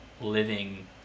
living